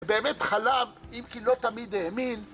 באמת חלם, אם כי לא תמיד האמין.